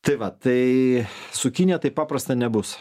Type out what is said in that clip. tai va tai su kinija taip paprasta nebus